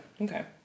Okay